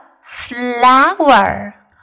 Flower